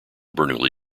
bernoulli